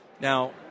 Now